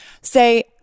Say